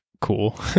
cool